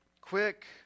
quick